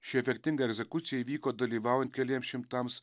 ši efektinga egzekucija įvyko dalyvaujan keliems šimtams